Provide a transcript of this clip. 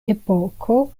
epoko